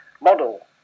model